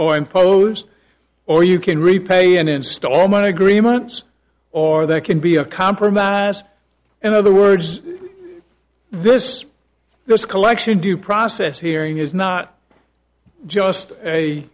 or imposed or you can repay an installment agreements or there can be a compromise in other words this those collection due process hearing is not just